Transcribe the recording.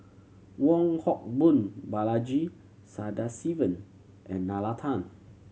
Wong Hock Boon Balaji Sadasivan and Nalla Tan